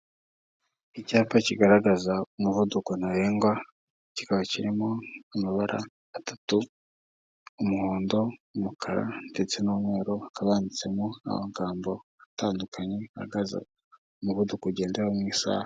Icyapa kigaragaza umuvuduko ntarengwa kikaba kirimo amabara atatu: umuhondo, umukara ndetse n'umweru, hakaba handitsemo n'amagambo atandukanye agaza umuvuduko ugenderaho mu isaha.